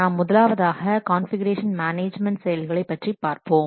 நாம் முதலாவதாக configuration management செயல்களை பற்றி பார்ப்போம்